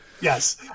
Yes